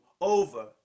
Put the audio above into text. over